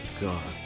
god